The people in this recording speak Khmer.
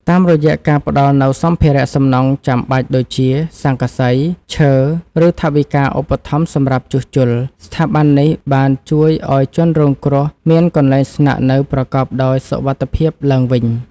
តាមរយៈការផ្ដល់នូវសម្ភារសំណង់ចាំបាច់ដូចជា ស័ង្កសី ឈើ ឬថវិកាឧបត្ថម្ភសម្រាប់ជួសជុល ស្ថាប័ននេះបានជួយឱ្យជនរងគ្រោះមានកន្លែងស្នាក់នៅប្រកបដោយសុវត្ថិភាពឡើងវិញ។